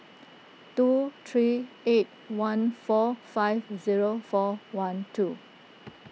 two three eight one four five zero four one two